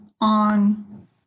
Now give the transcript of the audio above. on